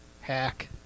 Hack